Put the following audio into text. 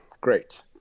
Great